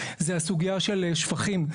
זו הסוגייה של שפכים.